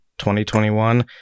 2021